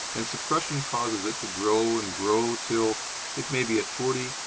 and suppression causes it to grow and grow till it may be at forty,